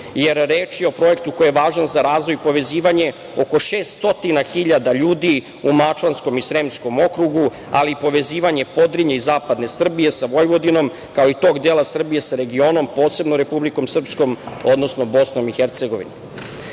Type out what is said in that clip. jer reč je o projektu koji je važan za razvoj, povezivanje oko 600 hiljada ljudi u Mačvanskom i Sremskom okrugu, ali i povezivanje Podrinja i zapadne Srbije sa Vojvodinom, kao i tog dela Srbije sa regionom, posebno sa Republikom Srpskom, odnosno BiH.Poslanička